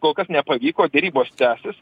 kol kas nepavyko derybos tęsis